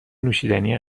نوشیدنی